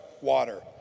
water